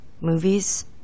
movies